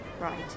Right